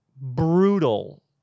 brutal